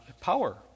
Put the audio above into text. power